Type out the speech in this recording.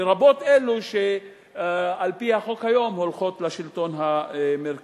לרבות אלו שעל-פי החוק היום הולכים לשלטון המרכזי.